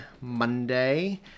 Monday